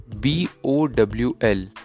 B-O-W-L